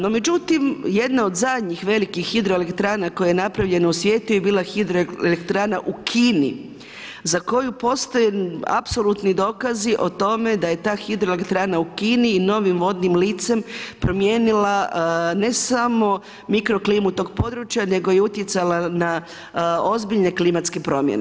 No, međutim, jedna od zadnjih velikih hidroelektrana koja je napravljeno u svijetu je bila hidroelektrana u Kini, za koju postoje apsolutno dokazi, o tome da je ta hidroelektrana u Kini i novim modnim licem promijenila, ne samo mikroklimu tog područja, nego je utjecala na ozbiljne klimatske promjene.